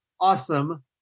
awesome